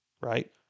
right